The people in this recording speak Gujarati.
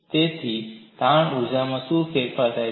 તેથી તાણ ઊર્જામાં શું ફેરફાર છે